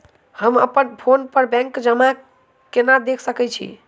हम अप्पन फोन पर बैंक जमा केना देख सकै छी?